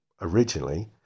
originally